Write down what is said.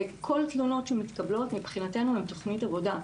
וכל התלונות שמתקבלות הן מבחינתו תוכנית עבודה.